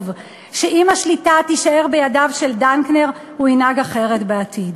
שאם השליטה תישאר בידיו של דנקנר הוא ינהג אחרת בעתיד.